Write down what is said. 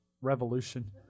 Revolution